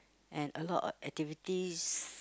and a lot of activities